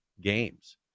games